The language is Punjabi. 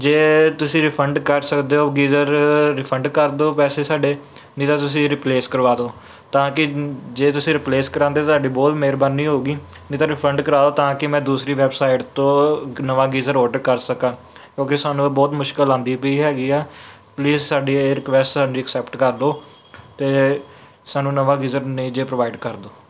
ਜੇ ਤੁਸੀਂ ਰਿਫੰਡ ਕਰ ਸਕਦੇ ਹੋ ਗੀਜ਼ਰ ਰਿਫੰਡ ਕਰ ਦਿਉ ਪੈਸੇ ਸਾਡੇ ਨਹੀਂ ਤਾਂ ਤੁਸੀਂ ਰਿਪਲੇਸ ਕਰਵਾ ਦਿਉ ਤਾਂ ਕਿ ਜੇ ਤੁਸੀਂ ਰਿਪਲੇਸ ਕਰਵਾਉਂਦੇ ਤੁਹਾਡੀ ਬਹੁਤ ਮਿਹਰਬਾਨੀ ਹੋਊਗੀ ਨਹੀਂ ਤਾਂ ਰਿਫੰਡ ਕਰਵਾਓ ਤਾਂ ਕਿ ਮੈਂ ਦੂਸਰੀ ਵੈਬਸਾਈਟ ਤੋਂ ਨਵਾਂ ਗੀਜ਼ਰ ਆਰਡਰ ਕਰ ਸਕਾਂ ਕਿਉਂਕਿ ਸਾਨੂੰ ਬਹੁਤ ਮੁਸ਼ਕਲ ਆਉਂਦੀ ਪਈ ਹੈਗੀ ਆ ਪਲੀਜ਼ ਸਾਡੀ ਇਹ ਰਿਕੁਐਸਟ ਸਾਡੀ ਅਸੈਪਟ ਕਰ ਲਓ ਅਤੇ ਸਾਨੂੰ ਨਵਾਂ ਗੀਜਰ ਨੇ ਜੇ ਪ੍ਰੋਵਾਈਡ ਕਰ ਦਿਉ